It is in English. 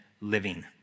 living